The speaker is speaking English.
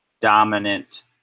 dominant